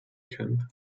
camp